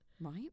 Right